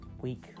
week